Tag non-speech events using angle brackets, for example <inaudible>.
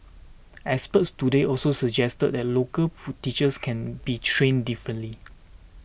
experts today also suggested that local <hesitation> teachers can be trained differently